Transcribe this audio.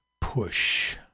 push